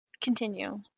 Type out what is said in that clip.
continue